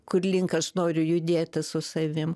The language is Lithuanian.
kurlink aš noriu judėti su savim